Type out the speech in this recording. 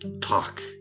talk